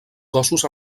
gossos